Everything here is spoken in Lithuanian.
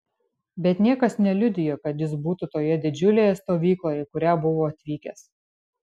bet niekas neliudijo kad jis būtų toje didžiulėje stovykloje į kurią buvo atvykęs